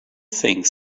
think